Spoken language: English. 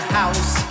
house